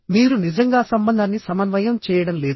మీరు నిజంగా సంబంధాన్ని సమన్వయం చేయడం లేదు